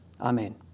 Amen